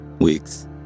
weeks